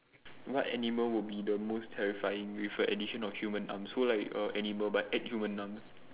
what animal will be the most terrifying with the addition of human arms so like err animal but add human arms